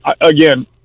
again